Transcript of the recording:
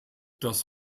das